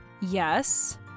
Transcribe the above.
Yes